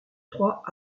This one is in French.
trois